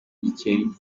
gikeli